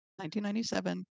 1997